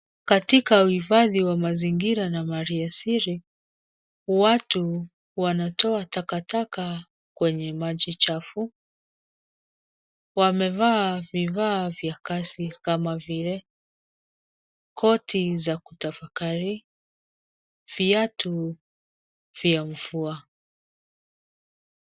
Katika uhifadhi wa mazingira na maliasili, watu wanatoa takataka kwenye maji chafu. Wamevaa vifaa vya kazi kama vile koti za kutafakari, viatu vya mvua.